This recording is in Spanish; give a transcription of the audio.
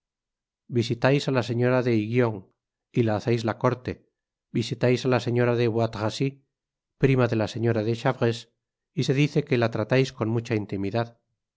visitais á la señora de aiguillon y la haceis la corte visitais á la señora de bois tracy prima de la señora de chavreuse y se dice que la traiais con mucha intimidad